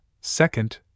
Second